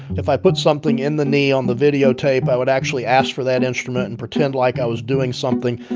if i put something in the knee on the videotape, i would actually ask for that instrument and pretend like i was doing something.